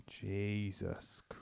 Jesus